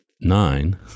nine